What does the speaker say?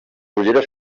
ulleres